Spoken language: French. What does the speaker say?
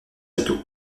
château